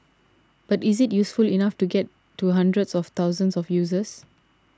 but is it useful enough to get to hundreds of thousands of users